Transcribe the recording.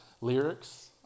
lyrics